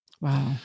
Wow